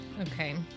Okay